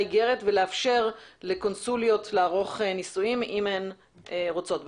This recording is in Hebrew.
איגרת ולאפשר לקונסוליות לערוך נישואים אם הם רוצים בכך.